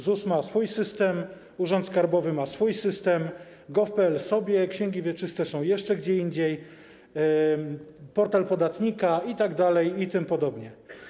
ZUS ma swój system, urząd skarbowy ma swój system, gov.pl sobie, księgi wieczyste są jeszcze gdzie indziej, portal podatnika itd., itp.